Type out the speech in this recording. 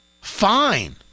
fine